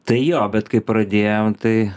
tai jo bet kai pradėjom tai